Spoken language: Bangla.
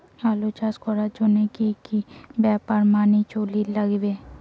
আলু চাষ করিবার জইন্যে কি কি ব্যাপার মানি চলির লাগবে?